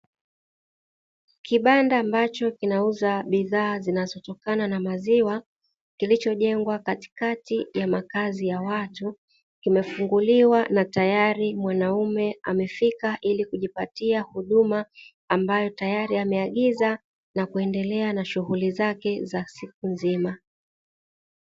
Kibanda ambacho kinauza bidhaa zinazotokana na maziwa kilichojengwa katikati ya makazi ya watu, kimefunguliwa na tayari mwanaume amefika ili kujipatia huduma, ambayo tayari ameagiza na kuendelea na shughuli zake za siku nzima.